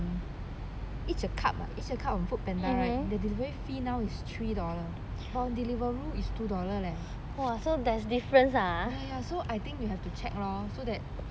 each a cup ah each a cup on foodpanda right the delivery fee now is three dollars for deliveroo it's two dollars leh ya ya I think you have to check loh so that